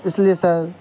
اس لیے سر